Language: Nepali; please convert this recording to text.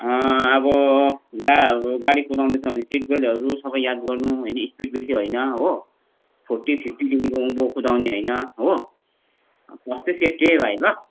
अब गाडी कुदाउने छ भने सिटबेल्टहरू सबै याद गर्नु स्पिड बेसी होइन हो फोर्टी फिफ्टीदेखिको उँभो कुदाउने होइन हो फर्स्ट चाहिँ सेफ्टी है भाइ ल